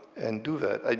and do that.